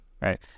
right